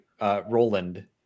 Roland